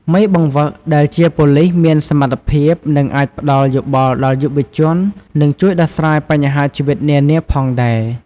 មេបង្វឹកដែលជាប៉ូលីសមានសមត្ថភាពនិងអាចផ្ដល់យោបល់ដល់យុវជន និងជួយដោះស្រាយបញ្ហាជីវិតនានាផងដែរ។